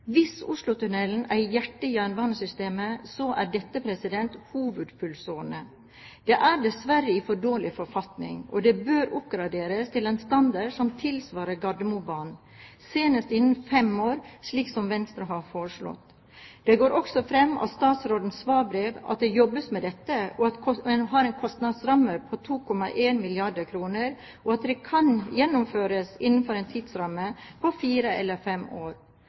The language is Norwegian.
Hvis Oslotunnelen er hjertet i jernbanesystemet, er dette hovedpulsårene. De er dessverre i for dårlig forfatning, og de bør oppgraderes til en standard som tilsvarer Gardermobanen, senest innen fem år, slik Venstre har foreslått. Det går også fram av statsrådens svarbrev at det jobbes med dette, at en har en kostnadsramme på om lag 2,1 milliarder kr, og at det kan gjennomføres innenfor en tidsramme på fire eller fem år.